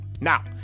Now